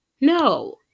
No